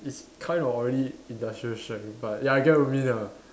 it's kind of already industrial strength but ya I get what you mean lah